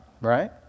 right